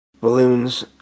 balloons